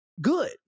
good